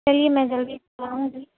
چلیے میں جلدی کروں گی